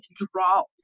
withdrawals